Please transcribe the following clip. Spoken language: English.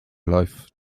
life